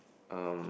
um